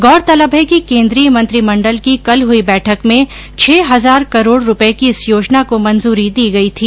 गौरतलब है कि केन्द्रीय मंत्रिमंडल की कल हई बैठक में छह हजार करोड़ रुपये की इस योजना को मंजूरी दी गयी थी